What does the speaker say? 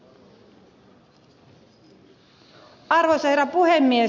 arvoisa herra puhemies